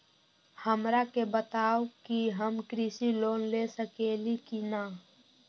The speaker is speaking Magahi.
हमरा के बताव कि हम कृषि लोन ले सकेली की न?